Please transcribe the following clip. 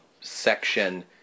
section